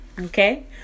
Okay